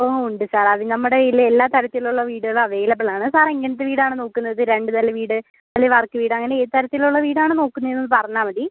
ഓ ഉണ്ട് സാർ അത് നമ്മുടെല് എല്ലാ തരത്തിൽ ഉള്ള വീടുകളും അവൈലബിൾ ആണ് സാർ എങ്ങനത്ത വീട് ആണ് നോക്കുന്നത് രണ്ട് നില വീട് അല്ലേ വാർക്ക വീട് അങ്ങനെ ഏത് തരത്തിൽ ഉള്ള വീട് ആണ് നോക്കുന്നതെന്ന് പറഞ്ഞാൽ മതി